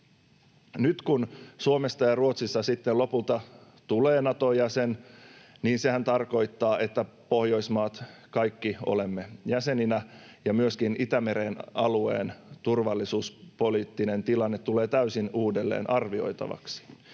Nyt, kun Suomesta ja Ruotsissa sitten lopulta tulee Nato-jäseniä, sehän tarkoittaa, että Pohjoismaat kaikki olemme jäseninä ja myöskin Itämeren alueen turvallisuuspoliittinen tilanne tulee täysin uudelleen arvioitavaksi.